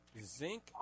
Zinc